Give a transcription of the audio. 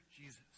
Jesus